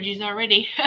already